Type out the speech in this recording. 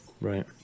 right